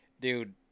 Dude